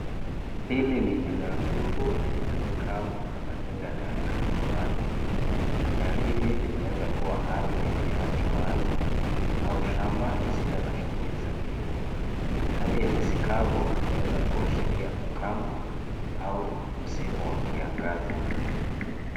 Hili ni eneo tupu lenye nyasi kavu na majengo yanayoonekana kwa mbali. Eneo hili linaweza kuwa ardhi iliyowachwa wazi au shamba lisilo na shughuli za kilimo. Hali ya nyasi kavu inaeza kuashiria ukame au msimu wa kiangazi.